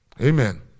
Amen